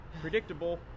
predictable